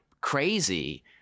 crazy